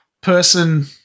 person